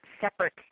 separate